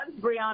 Brianna